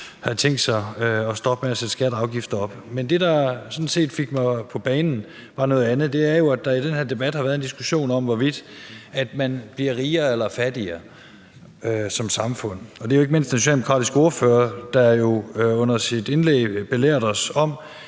har tænkt sig at stoppe med at sætte skatter og afgifter op. Men det, der sådan set fik mig på banen, var noget andet. Der har jo i den her debat været en diskussion om, hvorvidt man bliver rigere eller fattigere som samfund, og det var ikke mindst den socialdemokratiske ordfører, der under sit indlæg belærte os om,